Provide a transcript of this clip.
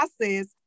process